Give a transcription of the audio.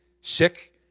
sick